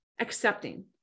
accepting